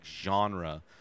genre